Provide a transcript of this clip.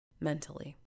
mentally